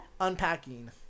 Unpacking